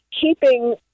keeping